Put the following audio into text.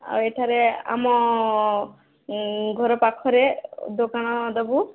ଆଉ ଏଠାରେ ଆମ ଘର ପାଖରେ ଦୋକାନ ଦେବୁ